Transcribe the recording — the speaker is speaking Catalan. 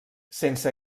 sense